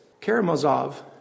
Karamazov